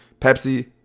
Pepsi